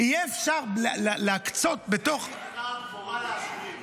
יהיה אפשר להקצות בתוך --- זה נקרא קבורה לעשירים.